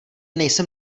nejsem